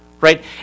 right